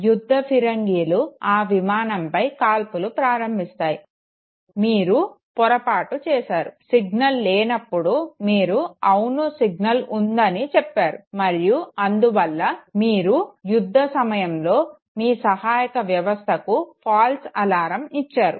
యుద్ధ ఫిరంగీలు ఆ విమానంపై కాల్పులు ప్రారంభిస్తాయి మీరు పొరపాటు చేసారు సిగ్నల్ లేనప్పుడు మీరు అవును సిగ్నల్ ఉందని చెప్పారు మరియు అందువల్ల మీరు యుద్ధ సమయంలో మీ సహాయక వ్యవస్థకు ఫాల్స్ అలారం ఇచ్చారు